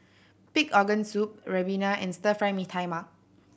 pig organ soup ribena and Stir Fry Mee Tai Mak